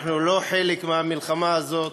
אנחנו לא חלק מהמלחמה הזאת,